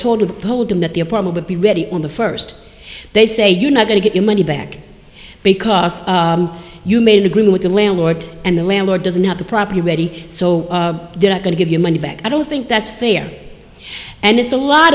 them that the apartment would be ready on the first they say you're not going to get your money back because you made agree with the landlord and the landlord doesn't have the property ready so they're not going to give you money back i don't think that's fair and it's a lot